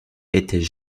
étaient